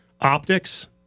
optics